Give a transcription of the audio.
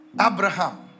Abraham